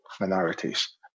minorities